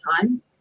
time